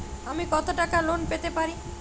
আমি কত টাকা লোন পেতে পারি?